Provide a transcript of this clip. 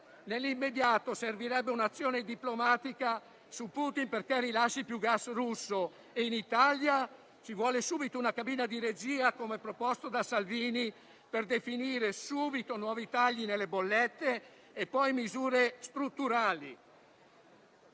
Nell'immediato servirebbe un'azione diplomatica su Putin perché rilasci più gas russo e in Italia occorre subito una cabina di regia, come proposto da Salvini, per definire subito nuovi tagli nelle bollette e - poi - misure strutturali.